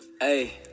Hey